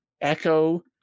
echo